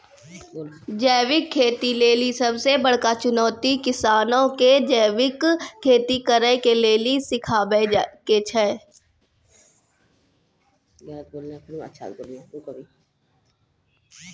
जैविक खेती लेली सबसे बड़का चुनौती किसानो के जैविक खेती करे के लेली सिखाबै के छै